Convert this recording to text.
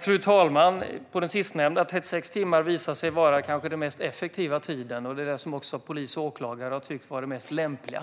Fru talman! 36 timmar visar sig kanske vara den mest effektiva tiden. Det är den tid som också polis och åklagare har tyckt har varit mest lämplig.